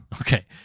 Okay